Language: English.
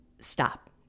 stop